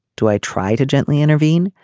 do i try to gently intervene.